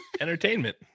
entertainment